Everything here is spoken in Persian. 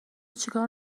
چیکار